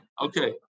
okay